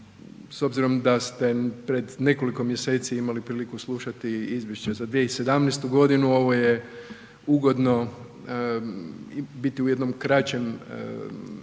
S obzirom da ste pred nekoliko mjeseci imali priliku slušati izvješće za 2017. godinu, ovo je ugodno biti u jednom kraćem